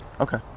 Okay